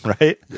Right